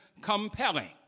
compelling